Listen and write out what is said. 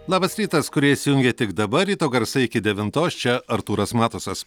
labas rytas kurie įsijungė tik dabar ryto garsai iki devintos čia artūras matusas